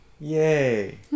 yay